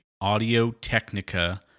Audio-Technica